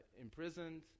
imprisoned